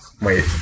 wait